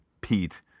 Pete